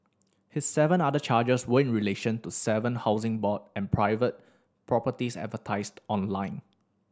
his seven other charges were in relation to seven Housing Board and private properties advertised online